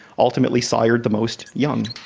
ultimately sired the most young.